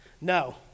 No